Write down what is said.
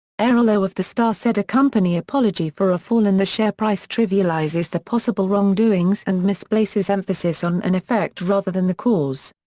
errol oh of the star said a company apology for a fall in the share price trivialises the possible wrongdoings and misplaces emphasis on an effect rather than the cause.